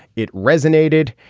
it resonated.